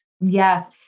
Yes